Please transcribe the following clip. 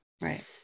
right